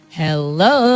hello